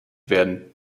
werden